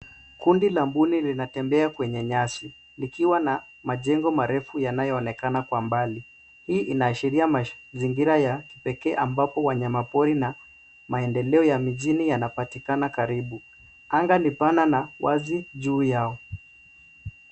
Kundi la mbuni linatembea kwenye nyasi, likiwa na majengo marefu yanayoonekana kwa mbali. Hii inaashiria mazingira ya kipekee ambapo wanyamapori na maendeleo ya mijini yanapatikana karibu. Anga ni pana na wazi juu yao.